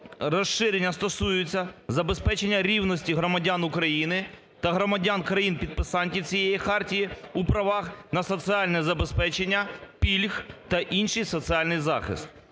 розширення стосуються забезпечення рівності громадян України та громадян країн-підписантів цієї хартії у правах на соціальне забезпечення пільг та інший соціальний захист.